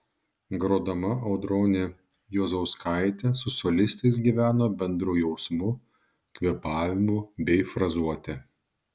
grodama audronė juozauskaitė su solistais gyveno bendru jausmu kvėpavimu bei frazuote